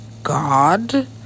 god